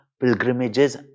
pilgrimages